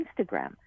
Instagram